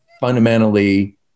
fundamentally